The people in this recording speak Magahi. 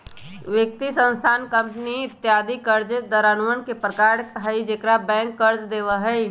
व्यक्ति, संस्थान, कंपनी इत्यादि कर्जदारवन के प्रकार हई जेकरा बैंक कर्ज देवा हई